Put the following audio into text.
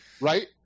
right